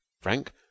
Frank